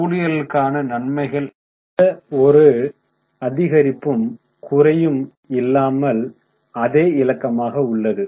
ஊழியர்களுக்கான நன்மைகள் எந்த ஒரு அதிகரிப்பும் குறையும் இல்லாமல் அதே இலக்கமாக உள்ளது